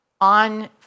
on